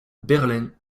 berlin